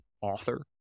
author